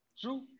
True